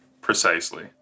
Precisely